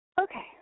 Okay